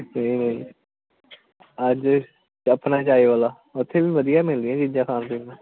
ਅੱਜ ਦਾ ਆਪਣਾ ਚਾਏ ਵਾਲਾ ਉੱਥੇ ਵੀ ਵਧੀਆ ਮਿਲਦੀ ਐ ਚੀਜ਼ਾਂ ਖਾਣ ਦੇ ਪੀਣ ਨੂੰਦੀ